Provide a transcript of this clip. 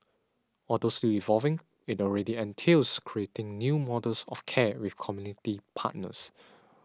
although still evolving it already entails creating new models of care with community partners